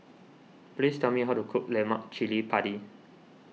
please tell me how to cook Lemak Cili Padi